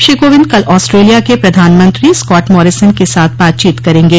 श्री कोविंद कल आस्ट्रेलिया के प्रधानमंत्री स्कॉट मारीसन के साथ बातचीत करेंगे